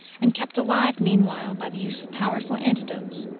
and kept alive meanwhile by the use of powerful antidotes.